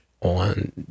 on